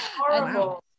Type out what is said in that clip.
horrible